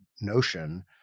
notion